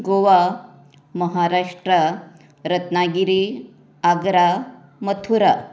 Goa Maharashtra Ratnagiri Agra Mathura